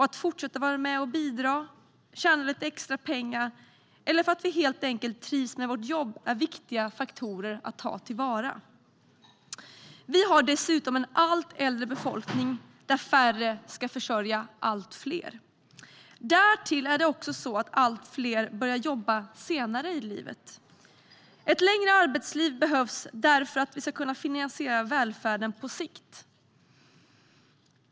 Att fortsätta vara med och bidra, att tjäna lite extra pengar eller att vi helt enkelt trivs med vårt jobb är viktiga faktorer att ta tillvara. Vi har dessutom en allt äldre befolkning, där färre ska försörja allt fler. Därtill börjar allt fler jobba senare i livet. Ett längre arbetsliv behövs för att vi ska kunna finansiera välfärden på sikt.